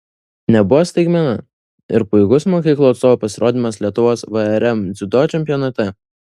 nebuvo staigmena ir puikus mokyklos atstovų pasirodymas lietuvos vrm dziudo čempionate